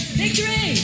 victory